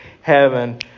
heaven